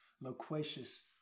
loquacious